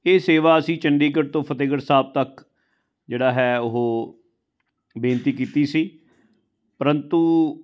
ਇਹ ਸੇਵਾ ਅਸੀਂ ਚੰਡੀਗੜ੍ਹ ਤੋਂ ਫਤਿਹਗੜ੍ਹ ਸਾਹਿਬ ਤੱਕ ਜਿਹੜਾ ਹੈ ਉਹ ਬੇਨਤੀ ਕੀਤੀ ਸੀ ਪ੍ਰੰਤੂ